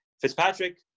Fitzpatrick